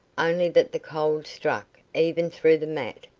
only that the cold struck, even through the mat,